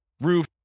roof